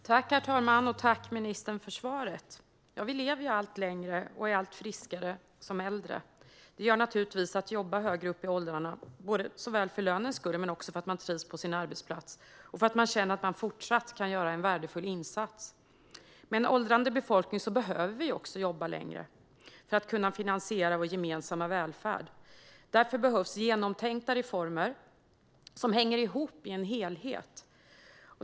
Herr talman! Tack, ministern, för svaret! Vi lever allt längre och är allt friskare som äldre. Det gör det naturligt att jobba högre upp i åldrarna, såväl för lönens skull som för att man trivs på sin arbetsplats och för att man känner att man fortsatt kan göra en värdefull insats. Med en åldrande befolkning behöver vi också jobba längre för att kunna finansiera vår gemensamma välfärd. Därför behövs genomtänkta reformer som hänger ihop i en helhet.